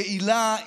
יעילה,